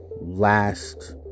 last